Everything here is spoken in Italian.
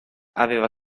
aveva